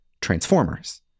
Transformers